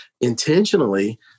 intentionally